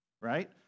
right